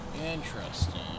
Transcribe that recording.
interesting